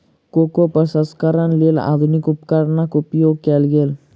cocoa प्रसंस्करणक लेल आधुनिक उपकरणक उपयोग कयल गेल